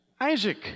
Isaac